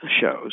shows